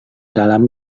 dalam